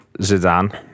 Zidane